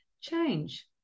change